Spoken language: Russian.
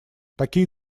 такие